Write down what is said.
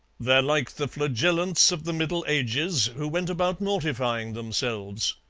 they're like the flagellants of the middle ages, who went about mortifying themselves.